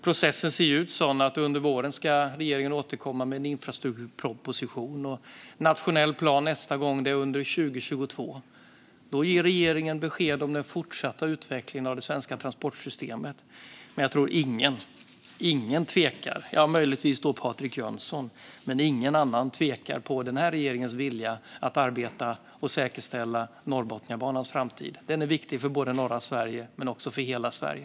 Processen ser ut så att regeringen ska återkomma med en infrastrukturproposition under våren och med nästa nationella plan under 2022. Då ger regeringen besked om den fortsatta utvecklingen av det svenska transportsystemet. Men jag tror inte att någon tvivlar - ja, möjligtvis Patrik Jönsson, men ingen annan - på den här regeringens vilja att arbeta och säkerställa Norrbotniabanans framtid. Den är viktig för både norra Sverige och hela Sverige.